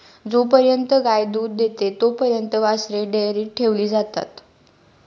जोपर्यंत गाय दूध देते तोपर्यंत वासरे डेअरीत ठेवली जातात